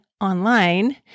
online